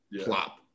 plop